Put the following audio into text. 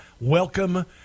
welcome